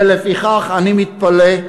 ולפיכך אני מתפלא,